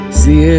see